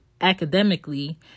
academically